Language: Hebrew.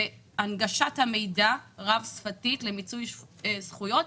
והנגשת המידע רב-שפתית למיצוי זכויות,